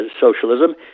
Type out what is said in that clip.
socialism